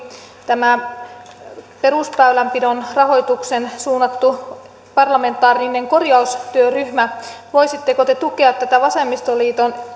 tämä perusväylänpidon rahoitukseen suunnattu parlamentaarinen korjaustyöryhmä voisitteko te tukea tätä vasemmistoliiton